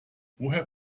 woher